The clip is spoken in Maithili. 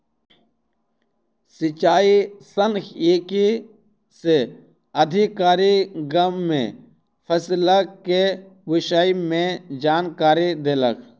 सिचाई सांख्यिकी से अधिकारी, गाम में फसिलक के विषय में जानकारी देलक